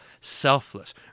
selfless